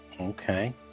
Okay